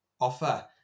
offer